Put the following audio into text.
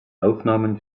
aufnahmen